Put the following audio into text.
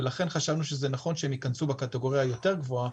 ולכן חשבנו שנכון שהם ייכנסו בקטגוריה היותר גבוהה,